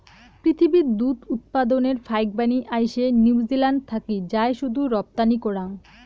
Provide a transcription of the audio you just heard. পিথীবির দুধ উৎপাদনের ফাইকবানী আইসে নিউজিল্যান্ড থাকি যায় শুধু রপ্তানি করাং